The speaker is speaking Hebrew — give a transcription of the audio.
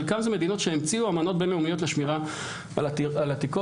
חלקן זה מדינות שהמציאו אמנות בין לאומיות לשמירה על עתיקות.